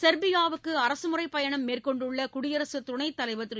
செர்பியாவுக்கு அரசுமுறைப் பயணம் மேற்கொண்டுள்ள குடியரசுத் துணைத் தலைவர் திரு